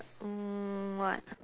mm what